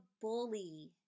bully